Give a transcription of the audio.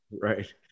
right